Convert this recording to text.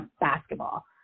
basketball